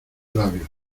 labios